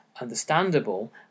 understandable